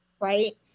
right